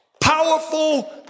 powerful